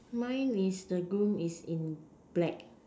mine is the groom is in black